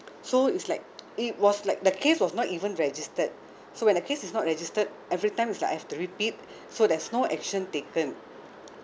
so it's like it was like the case was not even registered so when a case is not registered every time it's like I have to repeat so there's no action taken